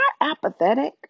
apathetic